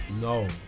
no